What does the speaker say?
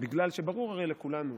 בגלל שברור לכולנו